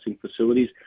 facilities